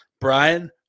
Brian